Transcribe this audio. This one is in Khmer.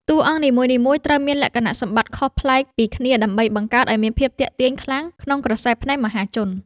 តួអង្គនីមួយៗត្រូវមានលក្ខណៈសម្បត្តិខុសប្លែកពីគ្នាដើម្បីបង្កើតឱ្យមានភាពទាក់ទាញខ្លាំងក្នុងក្រសែភ្នែកមហាជន។